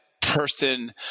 person